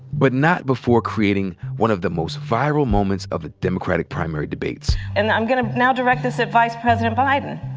but not before creating one of the most viral moments of the democratic primary debates. and i'm gonna now direct this at vice president biden.